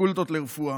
בפקולטות לרפואה,